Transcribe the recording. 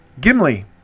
Gimli